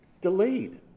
delayed